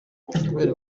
kubera